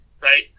right